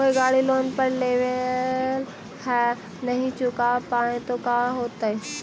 कोई गाड़ी लोन पर लेबल है नही चुका पाए तो का होतई?